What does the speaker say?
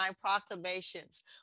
proclamations